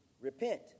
repent